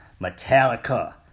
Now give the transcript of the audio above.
Metallica